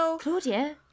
Claudia